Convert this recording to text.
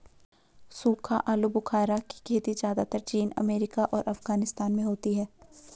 सूखा आलूबुखारा की खेती ज़्यादातर चीन अमेरिका और अफगानिस्तान में होती है